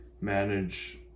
manage